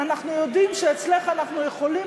אנחנו יודעים שאצלך אנחנו יכולים,